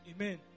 Amen